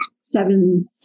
seven